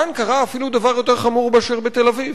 כאן קרה אפילו דבר יותר חמור מאשר בתל-אביב,